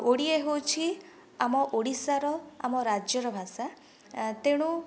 ଓଡ଼ିଆ ହେଉଛି ଆମ ଓଡ଼ିଶାର ଆମ ରାଜ୍ୟର ଭାଷା ତେଣୁ